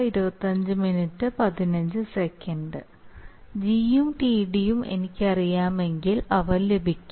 G യും Td യും എനിക്കറിയാമെങ്കിൽ അവ ലഭിക്കും